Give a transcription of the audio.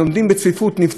נפצעים יום-יום,